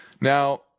Now